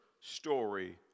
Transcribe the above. story